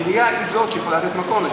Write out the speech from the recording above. העירייה היא זאת שיכולה לתת מקום.